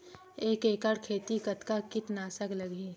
एक एकड़ खेती कतका किट नाशक लगही?